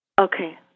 Okay